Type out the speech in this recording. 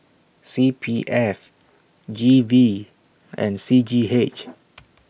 C P F G V and C G H